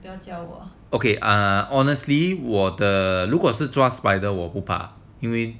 ah honestly 如果是抓 spider 我不怕因为